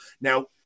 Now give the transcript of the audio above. now